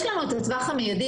יש לנו את הטווח המיידי,